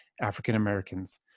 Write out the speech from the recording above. African-Americans